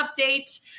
update